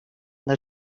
the